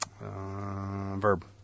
verb